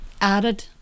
added